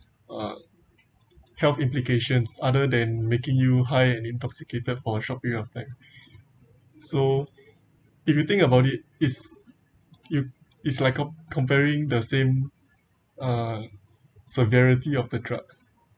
uh health implications other than making you high and intoxicated for a short period of time so if you think about it is it's you it's like com~ comparing the same uh severity of the drugs